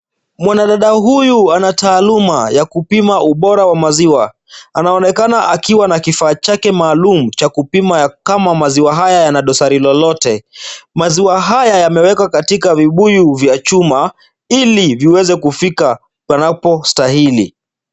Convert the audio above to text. Mwanadada huyu ana taaluma ya kupima ubora wa maziwa, anaonekana akiwa na kifaa chake maalum cha kupima kama maziwa haya yana dosari lolote. Maziwa haya yamewekwa katika vibuyu vya chuma ili viweze kufika panapo stahili.